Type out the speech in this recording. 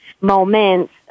moments